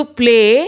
play